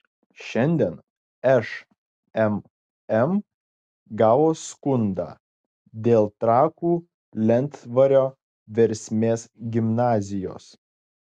šiandien šmm gavo skundą dėl trakų lentvario versmės gimnazijos